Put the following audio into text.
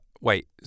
wait